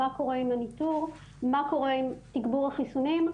מה קורה עם הניטור, מה קורה עם תיגבור החיסונים.